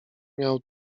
miał